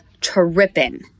tripping